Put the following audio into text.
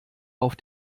auf